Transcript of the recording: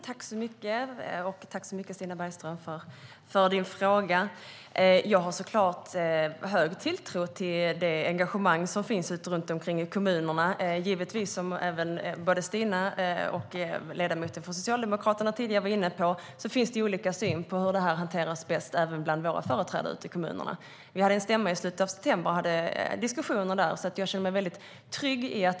Herr talman! Tack så mycket, Stina Bergström, för din fråga! Jag har såklart hög tilltro till det engagemang som finns runt omkring i kommunerna. Som både Stina och ledamoten från Socialdemokraterna tidigare var inne på finns det olika syn på hur det här hanteras bäst även bland våra företrädare ute i kommunerna. Vi hade en stämma i slutet av september och hade diskussioner där.